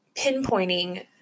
pinpointing